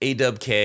AWK